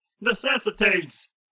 necessitates